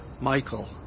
Michael